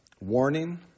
Warning